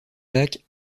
lac